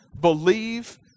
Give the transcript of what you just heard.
believe